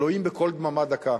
אלוהים, בקול דממה דקה.